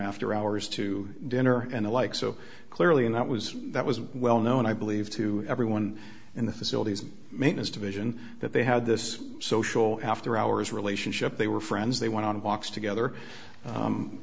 after hours to dinner and the like so clearly and that was that was well known i believe to everyone in the facilities maintenance division that they had this social after hours relationship they were friends they went on walks together